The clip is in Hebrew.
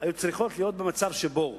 צריכות להיות במצב שבו